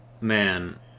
man